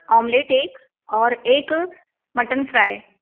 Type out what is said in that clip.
omelette एक और एक मटन फ्राई